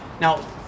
now